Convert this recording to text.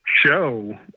show